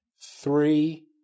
Three